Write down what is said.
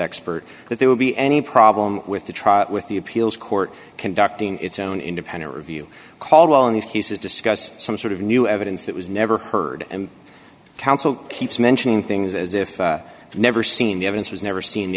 expert that there would be any problem with the trial with the appeals court conducting its own independent review caldwell in these cases discuss some sort of new evidence that was never heard and counsel keeps mentioning things as if it's never seen the evidence was never seen the